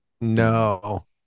no